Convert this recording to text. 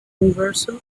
universal